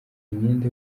imyenda